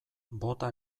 bota